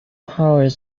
power